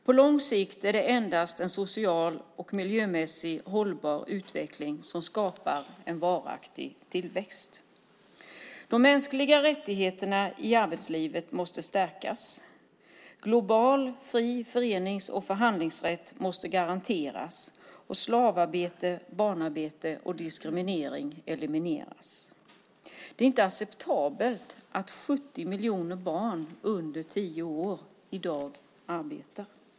På lång sikt är det endast en socialt och miljömässigt hållbar utveckling som skapar en varaktig tillväxt. De mänskliga rättigheterna i arbetslivet måste stärkas. Global fri förenings och förhandlingsrätt måste garanteras och slavarbete, barnarbete och diskriminering elimineras. Det är inte acceptabelt att 70 miljoner barn under tio år i dag arbetar.